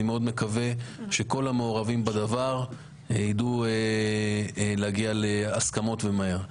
אני מאוד מקווה שכל המעורבים בדבר ידעו להגיע להסכמות - ומהר.